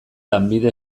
lanbide